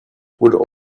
would